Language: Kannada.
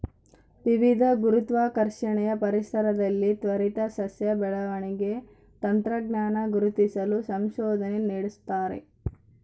ವಿವಿಧ ಗುರುತ್ವಾಕರ್ಷಣೆಯ ಪರಿಸರದಲ್ಲಿ ತ್ವರಿತ ಸಸ್ಯ ಬೆಳವಣಿಗೆ ತಂತ್ರಜ್ಞಾನ ಗುರುತಿಸಲು ಸಂಶೋಧನೆ ನಡೆಸ್ತಾರೆ